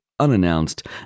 unannounced